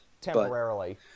temporarily